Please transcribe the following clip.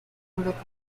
europa